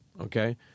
okay